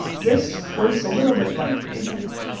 this works a little bit like idioms.